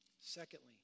Secondly